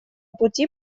пути